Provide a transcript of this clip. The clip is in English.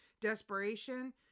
desperation